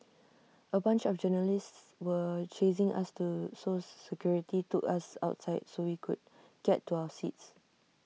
A bunch of journalists were chasing us to so security to us outside so we could get to our seats